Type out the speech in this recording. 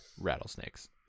rattlesnakes